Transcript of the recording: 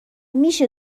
میشه